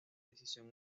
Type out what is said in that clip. decisión